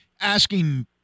asking